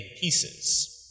pieces